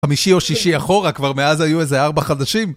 חמישי או שישי אחורה, כבר מאז היו איזה ארבע חדשים.